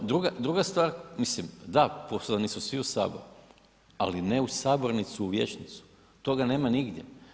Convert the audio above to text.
Druga stvar, mislim da pozvani su svi u sabor, ali ne u sabornicu u vijećnicu, toga nema nigdje.